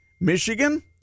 Michigan